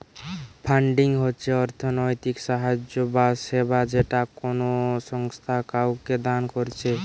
funding হচ্ছে অর্থনৈতিক সাহায্য বা সেবা যেটা কোনো সংস্থা কাওকে দান কোরছে